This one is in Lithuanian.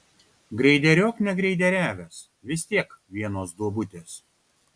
greideriuok negreideriavęs vis tiek vienos duobutės